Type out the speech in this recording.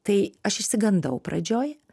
tai aš išsigandau pradžioj